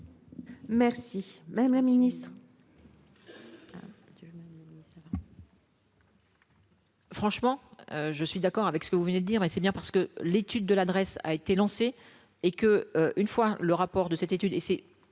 John anniversaire. Franchement, je suis d'accord avec ce que vous venez de dire, mais c'est bien parce que l'étude de l'adresse a été lancé et que, une fois le rapport de cette étude